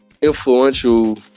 influential